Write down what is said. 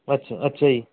ਅੱਛਾ ਅੱਛਾ ਜੀ